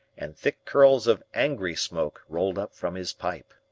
and thick curls of angry smoke rolled up from his pipe.